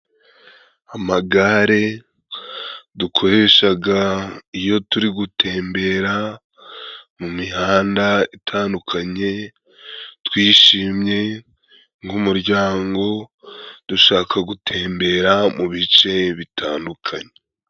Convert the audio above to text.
Amagare dukoreshaga iyo turi gutembera mu mihanda itandukanye, twishimye nk'umuryango dushaka gutembera mu bice bitandukanye.